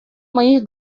моих